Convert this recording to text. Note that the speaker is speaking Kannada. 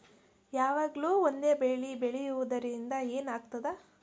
ಯಾವಾಗ್ಲೂ ಒಂದೇ ಬೆಳಿ ಬೆಳೆಯುವುದರಿಂದ ಏನ್ ಆಗ್ತದ?